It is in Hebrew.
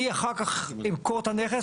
אני אחר כך אמכור את הנכס,